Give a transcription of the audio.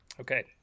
Okay